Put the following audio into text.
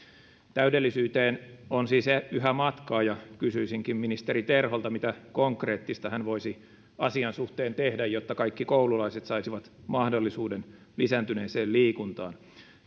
täydellisyyteen on siis yhä matkaa ja kysyisinkin ministeri terholta mitä konkreettista hän voisi asian suhteen tehdä jotta kaikki koululaiset saisivat mahdollisuuden lisääntyneeseen liikuntaan